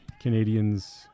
Canadians